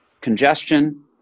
congestion